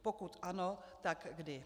Pokud ano, tak kdy.